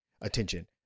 attention